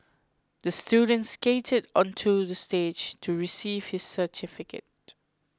the student skated onto the stage to receive his certificate